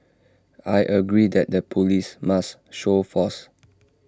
I agree that the Police must show force